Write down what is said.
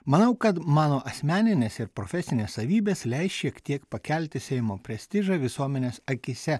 manau kad mano asmeninės ir profesinės savybės leis šiek tiek pakelti seimo prestižą visuomenės akyse